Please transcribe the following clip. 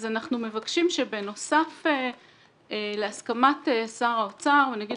אז אנחנו מבקשים שבנוסף להסכמת שר האוצר ונגיד